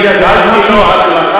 אדוני.